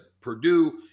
Purdue